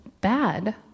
bad